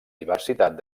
diversitat